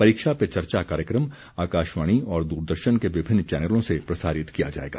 परीक्षा पे चर्चा कार्यक्रम आकाशवाणी और दूरदर्शन के विभिन्न चैनलों से प्रसारित किया जाएगा